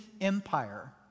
empire